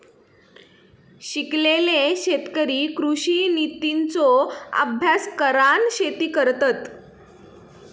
शिकलेले शेतकरी कृषि नितींचो अभ्यास करान शेती करतत